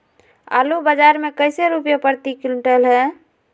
आलू बाजार मे कैसे रुपए प्रति क्विंटल है?